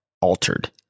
altered